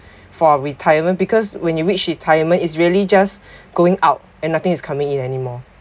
for retirement because when you reached retirement is really just going out and nothing is coming in anymore